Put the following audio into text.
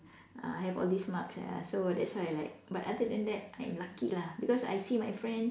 uh I have all these marks ya so that's why I like but other than that I'm lucky lah because I see my friends